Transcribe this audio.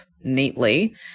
neatly